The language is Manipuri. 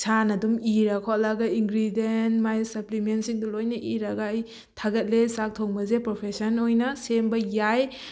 ꯏꯁꯥꯅ ꯑꯗꯨꯝ ꯏꯔ ꯈꯣꯠꯂꯒ ꯏꯟꯒ꯭ꯔꯤꯗꯦꯟ ꯃꯥꯒꯤ ꯁꯄ꯭ꯂꯤꯃꯦꯟꯁꯤꯡꯗꯨ ꯂꯣꯏꯅ ꯏꯔꯒ ꯑꯩ ꯊꯥꯒꯠꯂꯤ ꯆꯥꯛ ꯊꯣꯡꯕꯁꯦ ꯄ꯭ꯔꯣꯐꯦꯁꯟ ꯑꯣꯏꯅ ꯁꯦꯝꯕ ꯌꯥꯏ